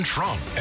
Trump